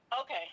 Okay